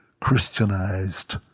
Christianized